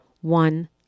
One